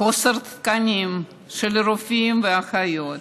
חוסר תקנים של רופאים ואחיות.